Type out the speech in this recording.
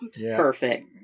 Perfect